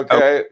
Okay